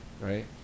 right